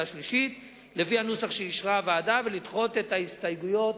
שלישית לפי הנוסח שאישרה הוועדה ולדחות את ההסתייגויות,